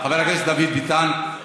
חבר הכנסת דוד ביטן.